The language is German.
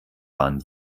waren